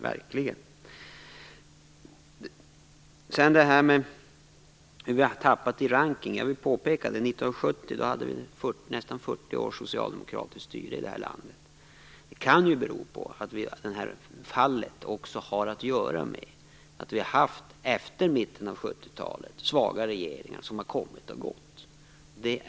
Bertil Persson sade att vi hade gått bakåt när det gällde rankningslistan. Jag vill påpeka att 1970 hade vi haft nästan 40 års socialdemokratiskt styre i det här landet. Det här fallet kan ju bero på att vi efter mitten av 70-talet har haft svaga regeringar som har kommit och gått.